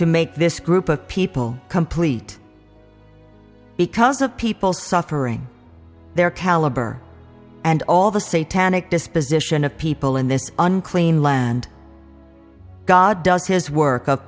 to make this group of people complete because of people suffering their caliber and all the say tannic disposition of people in this unclean land god does his work